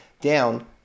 down